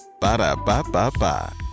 Ba-da-ba-ba-ba